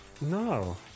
No